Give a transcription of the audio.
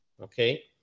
Okay